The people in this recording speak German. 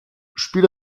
spiel